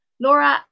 Laura